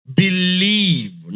believe